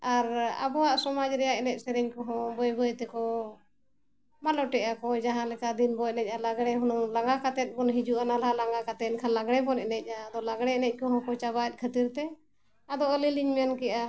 ᱟᱨ ᱟᱵᱚᱣᱟᱜ ᱥᱚᱢᱟᱡᱽ ᱨᱮᱭᱟᱜ ᱮᱱᱮᱡ ᱥᱮᱨᱮᱧ ᱠᱚᱦᱚᱸ ᱵᱟᱹᱭ ᱵᱟᱹᱭ ᱛᱮᱠᱚ ᱢᱟᱞᱚᱴᱮᱜᱼᱟ ᱠᱚ ᱡᱟᱦᱟᱸ ᱞᱮᱠᱟ ᱫᱤᱱ ᱵᱚ ᱮᱱᱮᱡᱼᱟ ᱞᱟᱜᱽᱲᱮ ᱦᱩᱱᱟᱹᱝ ᱞᱟᱸᱜᱟ ᱠᱟᱛᱮᱫ ᱵᱚᱱ ᱦᱤᱡᱩᱜᱼᱟ ᱱᱟᱞᱦᱟ ᱞᱟᱸᱜᱟ ᱠᱟᱛᱮᱫ ᱮᱱᱠᱷᱟᱱ ᱞᱟᱜᱽᱲᱮ ᱵᱚᱱ ᱮᱱᱮᱡᱼᱟ ᱟᱫᱚ ᱞᱟᱜᱽᱲᱮ ᱮᱱᱮᱡ ᱠᱚᱦᱚᱸ ᱠᱚ ᱪᱟᱵᱟᱭᱮᱫ ᱠᱷᱟᱹᱛᱤᱨ ᱛᱮ ᱟᱫᱚ ᱟᱹᱞᱤᱧ ᱞᱤᱧ ᱢᱮᱱ ᱠᱮᱜᱼᱟ